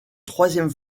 troisième